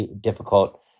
difficult